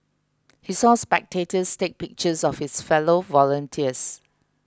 he saw spectators take pictures of his fellow volunteers